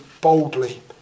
boldly